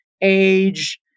age